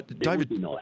David